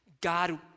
God